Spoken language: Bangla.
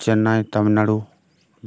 চেন্নাই তামিলনাড়ু